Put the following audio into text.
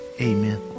amen